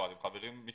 מי